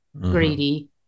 greedy